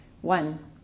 One